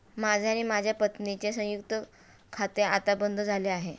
माझे आणि माझ्या पत्नीचे संयुक्त खाते आता बंद झाले आहे